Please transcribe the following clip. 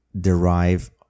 derive